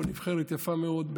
נבחרת יפה מאוד,